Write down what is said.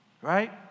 right